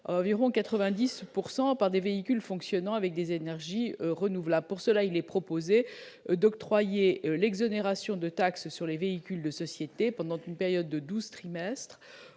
environ 90 pourcent par des véhicules fonctionnant avec des énergies renouvelables pour cela, il est proposé d'octroyer l'exonération de taxe sur les véhicules de société pendant une période de 12 trimestres